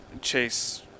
Chase